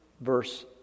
verse